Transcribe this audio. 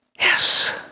yes